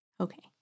Okay